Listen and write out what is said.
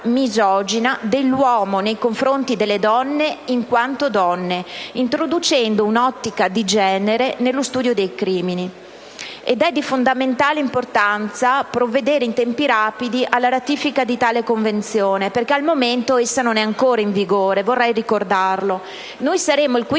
dell'uomo nei confronti delle donne «in quanto donne», introducendo un'ottica di genere nello studio dei crimini. È di fondamentale importanza provvedere in tempi rapidi alla ratifica di tale Convenzione, perché al momento - vorrei ricordarlo - essa non è ancora in vigore; noi saremo il quinto